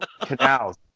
canals